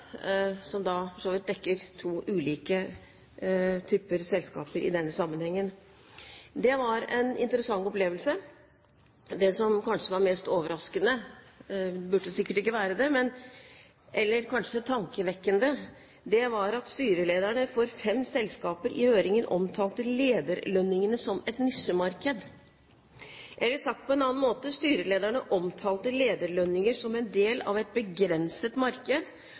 som for så vidt dekker to ulike typer selskaper i denne sammenheng. Det var en interessant opplevelse. Det som kanskje var mest overraskende – det burde sikkert ikke vært det – eller tankevekkende, var at styrelederne for fem selskaper i høringen omtalte lederlønningene som et nisjemarked. Eller sagt på en annen måte: Styrelederne omtalte lederlønningene som en del av et begrenset marked